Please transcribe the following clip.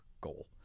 goal